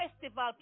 festival